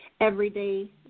everyday